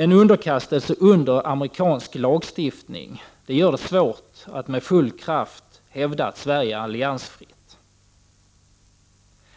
En underkastelse under amerikansk lagstiftning gör det svårt att med full kraft kunna hävda att Sverige är alliansfritt.